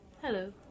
Hello